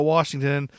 Washington